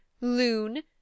loon